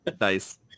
Nice